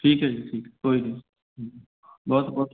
ਠੀਕ ਹੈ ਜੀ ਠੀਕ ਕੋਈ ਨਹੀਂ ਬਹੁਤ ਬਹੁਤ